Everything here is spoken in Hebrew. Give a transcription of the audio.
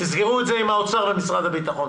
תסגרו את זה עם האוצר ועם משרד הביטחון,